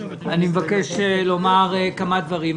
אני מבקש לומר כמה דברים.